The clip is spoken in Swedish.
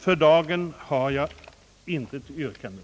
För dagen har jag intet yrkande.